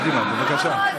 קדימה, בבקשה.